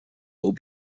will